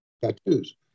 tattoos